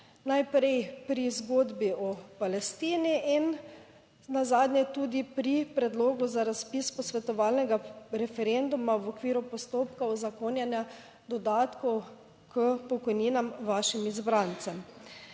najprej pri zgodbi o Palestini in nazadnje tudi pri predlogu za razpis posvetovalnega referenduma v okviru postopka uzakonjanja dodatkov k pokojninam vašim izbrancem.